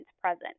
present